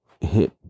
hit